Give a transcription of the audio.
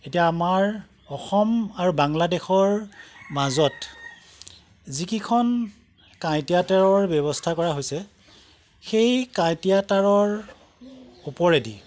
এতিয়া আমাৰ অসম আৰু বাংলাদেশৰ মাজত যিকিখন কাঁইটীয়া তাঁৰৰ ব্যৱস্থা কৰা হৈছে সেই কাঁইটীয়া তাঁৰৰ ওপৰেদি